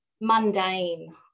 mundane